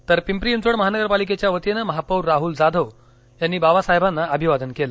तर पिंपरी चिंचवड महानगरपालिकेच्या वतीने महापौर राहुल जाधव यांनी बाबासाहेबांना अभिवादन केलं